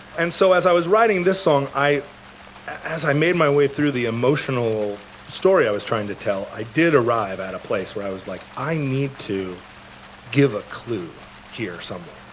and so as i was writing this song, as i made my way through the emotional story i was trying to tell, i did arrive at a place where i was like, i need to give a clue here somewhere.